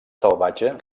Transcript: salvatge